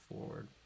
forward